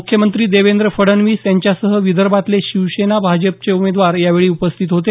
मुख्यमंत्री देवेंद्र फडणवीस यांच्यासह विदर्भातले शिवसेना भाजपचे उमेदवार यावेळी उपस्थित होते